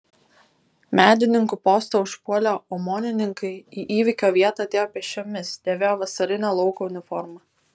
medininkų postą užpuolę omonininkai į įvykio vietą atėjo pėsčiomis dėvėjo vasarinę lauko uniformą